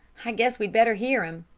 i guess we'd better hear him.